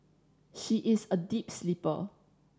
she is a deep sleeper